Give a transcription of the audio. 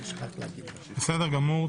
בסדר גמור.